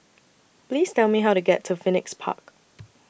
Please Tell Me How to get to Phoenix Park